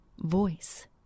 voice